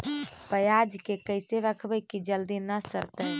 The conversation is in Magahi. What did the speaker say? पयाज के कैसे रखबै कि जल्दी न सड़तै?